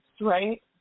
right